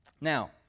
Now